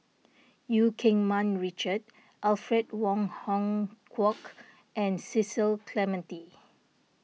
Eu Keng Mun Richard Alfred Wong Hong Kwok and Cecil Clementi